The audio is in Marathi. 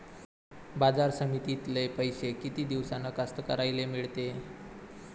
बाजार समितीतले पैशे किती दिवसानं कास्तकाराइले मिळते?